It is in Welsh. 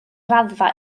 raddfa